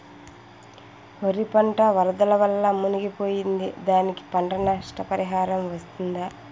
వరి పంట వరదల వల్ల మునిగి పోయింది, దానికి పంట నష్ట పరిహారం వస్తుందా?